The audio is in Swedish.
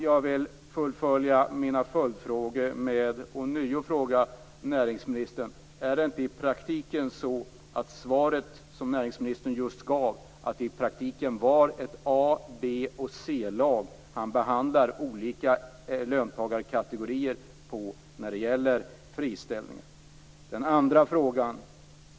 Jag vill fullfölja mina följdfrågor med att ånyo fråga näringsministern: 1. Är det inte i praktiken så att det svar som näringsministern nyss gav är att han behandlar olika löntagarkategorier som A-, B och C-lag när det gäller friställningar? 2.